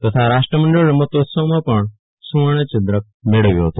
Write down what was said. તથા રાષ્ટ્રમંડળ રમતોત્સવમાં પણ સુવર્ણચંદ્રક મેળવ્યો હતો